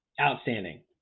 Outstanding